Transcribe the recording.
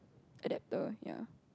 adapter ya